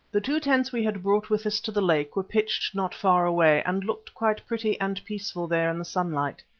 the two tents we had brought with us to the lake were pitched not far away and looked quite pretty and peaceful there in the sunlight.